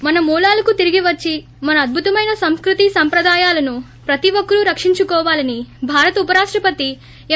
మన మూలాలకు తిరిగి వచ్చి మన అద్భుతమైన సంస్కృతి సంప్రదాయాలను ప్రతి ఒక్కరూ రక్షించుకోవాలని భారత ఉపరాష్టపతి ఎం